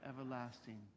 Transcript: everlasting